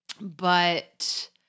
but-